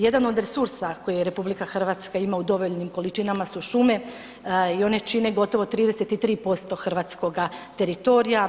Jedan od resursa koje RH ima u dovoljnim količinama su šume i one čine gotovo 33% hrvatskoga teritorija.